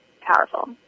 powerful